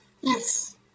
Yes